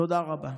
תודה רבה.